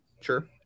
Sure